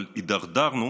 אבל הידרדרנו